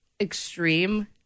extreme